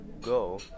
go